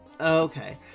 Okay